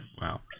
Wow